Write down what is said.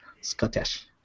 Scottish